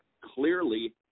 Clearly